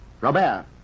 Robert